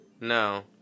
No